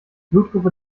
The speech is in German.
blutgruppe